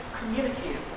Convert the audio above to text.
communicate